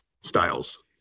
styles